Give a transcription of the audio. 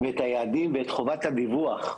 ואת היעדים, ואת חובת הדיווח.